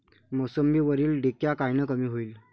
मोसंबीवरील डिक्या कायनं कमी होईल?